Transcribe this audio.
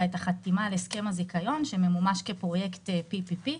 את החתימה על הסכם הזיכיון שממומש כפרויקט PPP,